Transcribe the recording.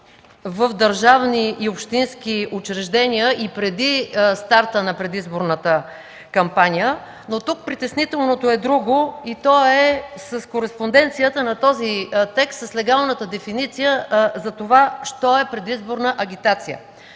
в държавни и общински учреждения и преди старта на предизборната кампания. Тук притеснителното е друго, и то е с кореспонденцията на този текст с легалната дефиниция за това що е предизборна агитация.